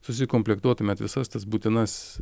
susikomplektuotumėt visas tas būtinas